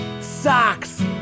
Socks